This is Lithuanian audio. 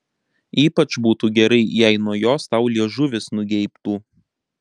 ypač būtų gerai jei nuo jos tau liežuvis nugeibtų